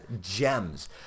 gems